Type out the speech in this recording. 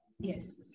Yes